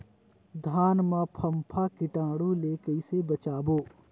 धान मां फम्फा कीटाणु ले कइसे बचाबो?